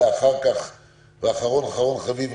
ואחרון חביב,